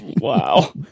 Wow